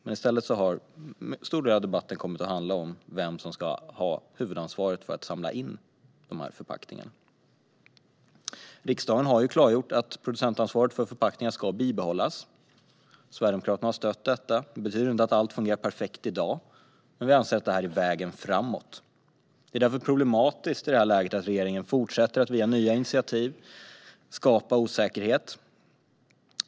I stället har en stor del av debatten alltså kommit att handla om vem som ska ha huvudansvaret för att samla in förpackningarna. Riksdagen har klargjort att producentansvaret för förpackningar ska bibehållas. Sverigedemokraterna har stött detta. Det betyder inte att allt fungerar perfekt i dag, men vi anser att detta är vägen framåt. Det är därför problematiskt att regeringen i detta läge fortsätter att via nya initiativ skapa osäkerhet.